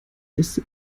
liste